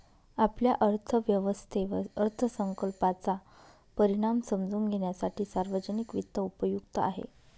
आपल्या अर्थव्यवस्थेवर अर्थसंकल्पाचा परिणाम समजून घेण्यासाठी सार्वजनिक वित्त उपयुक्त आहे